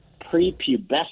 prepubescent